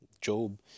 Job